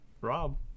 rob